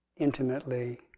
intimately